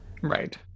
Right